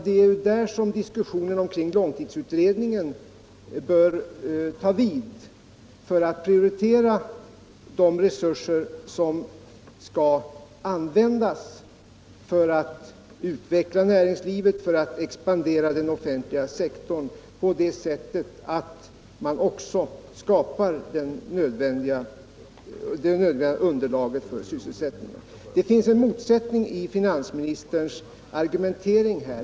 Där bör diskussionen kring långtidsutredningen ta vid för att prioritera de resurser som skall användas för att utveckla näringslivet och den offentliga sektorn på så sätt att även det nödvändiga underlaget för sysselsättningen skapas. Det finns en motsättning i finansministerns argumentering.